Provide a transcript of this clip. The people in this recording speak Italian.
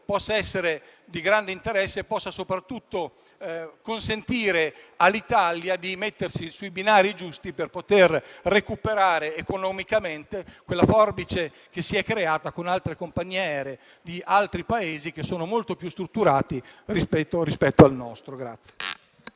possa essere di grande interesse e soprattutto consentire all'Italia di mettersi sui binari giusti per poter recuperare economicamente quella forbice creatasi con le compagnie aeree di altri Paesi, che sono molto più strutturati rispetto al nostro.